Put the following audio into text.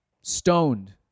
stoned